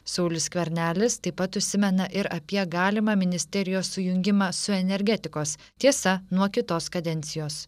saulius skvernelis taip pat užsimena ir apie galimą ministerijos sujungimą su energetikos tiesa nuo kitos kadencijos